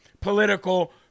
political